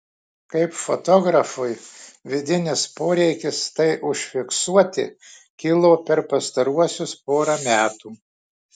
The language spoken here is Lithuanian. kaip fotografui vidinis poreikis tai užfiksuoti kilo per pastaruosius porą metų